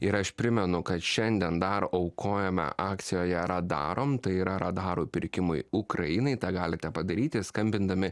ir aš primenu kad šiandien dar aukojame akcijoje radarom tai yra radarų pirkimui ukrainai tą galite padaryti skambindami